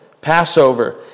Passover